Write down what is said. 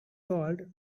called